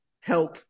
help